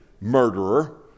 murderer